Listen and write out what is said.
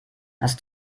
hast